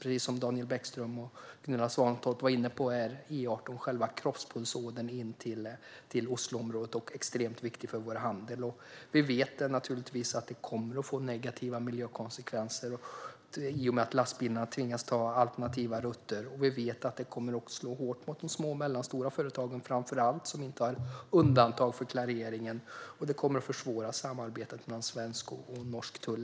Precis som Daniel Bäckström och Gunilla Svantorp var inne på är E18 själva kroppspulsådern in till Osloområdet, och den är extremt viktig för vår handel. Vi vet att det kommer att bli negativa miljökonsekvenser när lastbilarna tvingas ta alternativa rutter. Vi vet att det kommer att slå hårt mot de små och medelstora företagen, framför allt de som inte har undantag från klarering. Vidare kommer det att försvåra samarbetet mellan svensk och norsk tull.